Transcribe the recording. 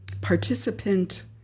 participant